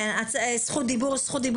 תיקון מס' 3 והוראת שעה.